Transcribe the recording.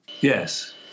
Yes